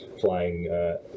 flying